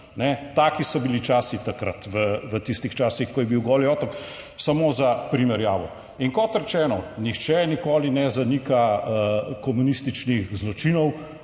Taki so bili časi takrat, v tistih časih, ko je bil Goli otok, samo za primerjavo. In kot rečeno, nihče nikoli ne zanika, komunističnih zločinov,